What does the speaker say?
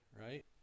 right